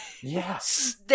Yes